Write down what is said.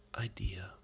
idea